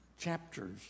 chapters